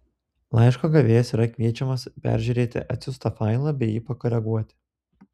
laiško gavėjas yra kviečiamas peržiūrėti atsiųstą failą bei jį pakoreguoti